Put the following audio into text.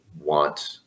want